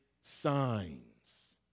signs